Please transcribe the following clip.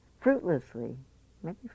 fruitlessly—maybe